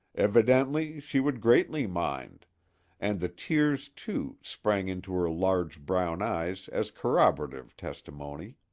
evidently she would greatly mind and the tears, too, sprang into her large brown eyes as corroborative testimony.